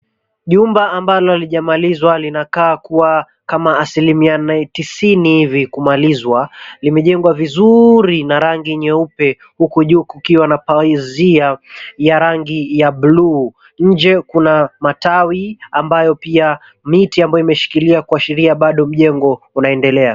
Jumba ambalo halijamalizwa, linakaa kuwa kama asilimia tisini hivi kumalizwa limejengwa vizuri na rangi nyeupe huku juu kukiwa na pazia ya rangi ya buluu. Nje kuna matawi ambayo pia miti ambayo imeshikilia kuashiria bado mjengo unaendelea.